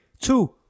two